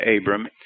Abram